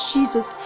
Jesus